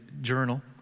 journal